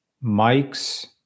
Mike's